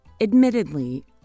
Admittedly